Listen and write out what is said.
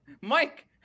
Mike